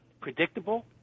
predictable